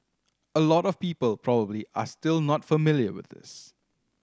a lot of people probably are still not familiar with this